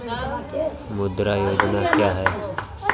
मुद्रा योजना क्या है?